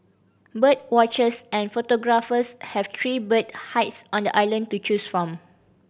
bird watchers and photographers have three bird hides on the island to choose from